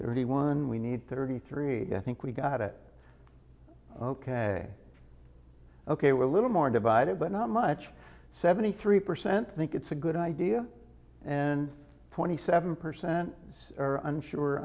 thirty one we need thirty three i think we got it ok ok we're a little more divided but not much seventy three percent think it's a good idea and twenty seven percent are unsure